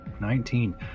Nineteen